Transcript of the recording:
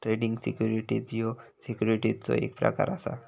trading securities ह्यो सिक्युरिटीजचो एक प्रकार असा